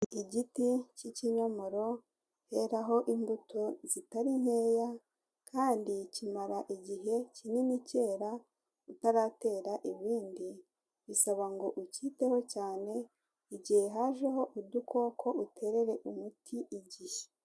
Igiti k'ikinyomoro keraho imbuto zitari nkeya, kandi kimara igihe kinini kera utaratera ibindi, bisaba ngo ukiteho cyane igihe hajeho udukoko uterere umuti igihe.